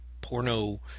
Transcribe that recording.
porno